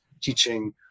teaching